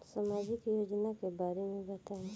सामाजिक योजना के बारे में बताईं?